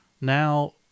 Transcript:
Now